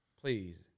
Please